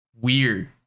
weird